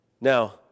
Now